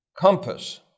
compass